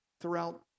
throughout